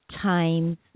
times